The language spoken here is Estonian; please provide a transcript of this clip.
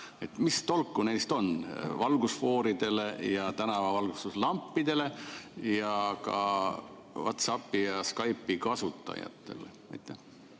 Mis tolku neist on valgusfooridele ja tänavavalgustuslampidele ja ka WhatsAppi ja Skype'i kasutajatele? Hea